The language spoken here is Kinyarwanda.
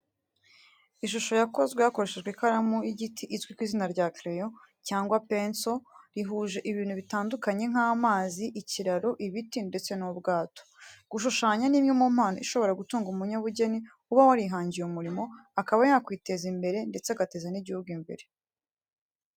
Ishusho ryakozwe hakoreshejwe ikaramu y’igiti izwi ku izina rya kereyo cyangwa penso rihuje ibintu bitandukanye nk'amazi, ikiraro, ibiti ndetse n'ubwato. Gushushanya ni imwe mu mpano ishobora gutunga umunyabugeni uba warihangiye umurimo, akaba yakwiteza imbere ndetse agateza n'igihugu imbere.